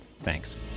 Thanks